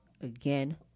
again